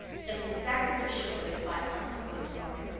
just exactly what he should weigh at five months, according to morgan.